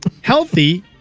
Healthy